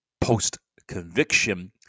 post-conviction